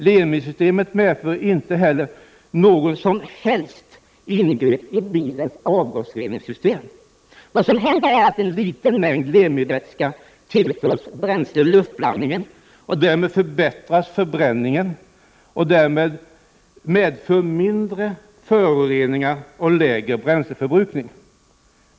Lemi-systemet medför inte heller något som helst ingrepp i bilens avgasreningssystem. Vad som händer är att en liten mängd Lemi-vätska tillförs bränsleluftblandningen. Därmed förbättras förbränningen, vilket medför mindre föroreningar och lägre bränsleförbrukning.